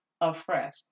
afresh